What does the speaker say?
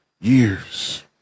Years